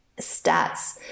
stats